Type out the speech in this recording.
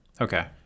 Okay